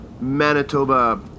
Manitoba